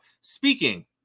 Speaking